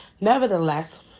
Nevertheless